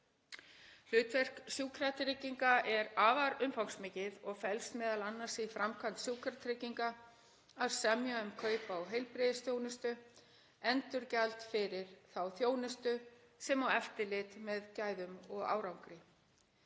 Hlutverk Sjúkratrygginga er afar umfangsmikið og felst m.a. í framkvæmd Sjúkratrygginga að semja um kaup á heilbrigðisþjónustu, endurgjald fyrir þá þjónustu sem og eftirlit með gæðum og árangri.